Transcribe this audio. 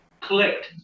clicked